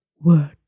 word